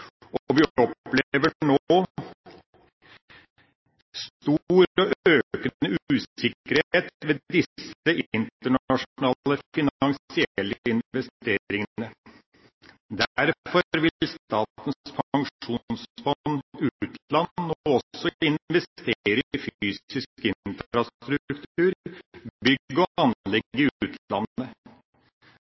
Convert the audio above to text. og vi opplever nå stor og økende usikkerhet ved disse internasjonale finansielle investeringene. Derfor vil Statens pensjonsfond utland nå også investere i fysisk infrastruktur – bygg og anlegg i